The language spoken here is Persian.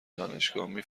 دانشگاهمی